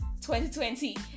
2020